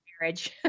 marriage